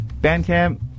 Bandcamp